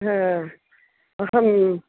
अहम्